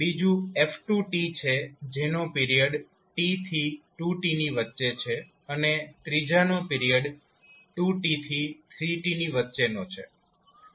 બીજું f2 છે જેનો પિરિયડ t થી 2t ની વચ્ચે છે અને ત્રીજાનો પિરિયડ 2t થી 3t ની વચ્ચેનો છે